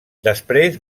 després